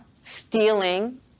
stealing